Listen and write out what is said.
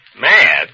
Mad